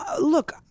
Look